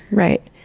right.